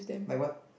like what